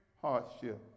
hardship